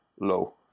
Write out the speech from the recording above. low